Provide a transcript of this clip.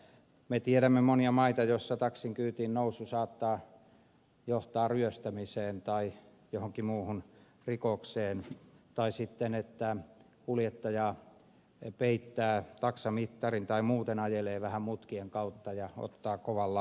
me tiedämme monia maita joissa taksin kyytiin nousu saattaa johtaa ryöstämiseen tai johonkin muuhun rikokseen tai sitten kuljettaja peittää taksamittarin tai muuten ajelee vähän mutkien kautta ja ottaa kovan laskun